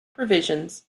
provisions